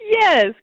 Yes